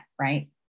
right